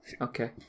Okay